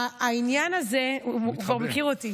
אני לא צריך.